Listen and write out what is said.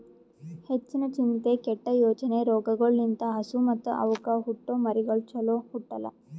ಹೆಚ್ಚಿನ ಚಿಂತೆ, ಕೆಟ್ಟ ಯೋಚನೆ ರೋಗಗೊಳ್ ಲಿಂತ್ ಹಸು ಮತ್ತ್ ಅವಕ್ಕ ಹುಟ್ಟೊ ಮರಿಗಳು ಚೊಲೋ ಹುಟ್ಟಲ್ಲ